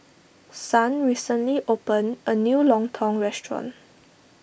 Son recently opened a new Lontong restaurant